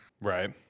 Right